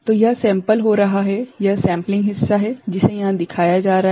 तो यह सेंपल हो रहा है यह सेंपलिंग हिस्सा है जिसे यहां दिखाया जा रहा है